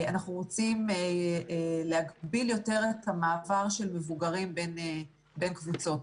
אנחנו רוצים להגביל יותר את המעבר של מבוגרים בין קבוצות.